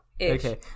Okay